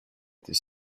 этой